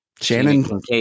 Shannon